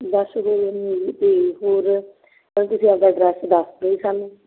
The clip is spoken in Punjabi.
ਅਤੇ ਹੋਰ ਭਾਅ ਜੀ ਤੁਸੀਂ ਆਪਦਾ ਅਡਰੈੱਸ ਦੱਸ ਦਿਓ ਜੀ ਸਾਨੂੰ